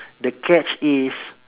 the catch is